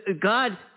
God